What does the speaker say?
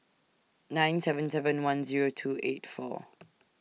nine seven seven one Zero two eight four